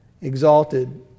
Exalted